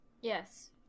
Yes